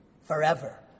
Forever